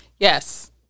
Yes